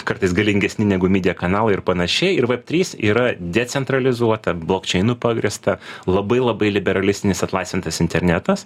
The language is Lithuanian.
kartais galingesni negu midija kanalai ir panašiai ir veb trys yra decentralizuota blokčeinu pagrįsta labai labai liberalistinis atlaisvintas internetas